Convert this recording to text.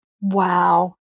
Wow